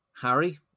harry